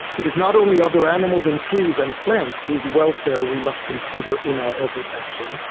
it is not only other animals and trees and plants whose welfare we must consider in our every action,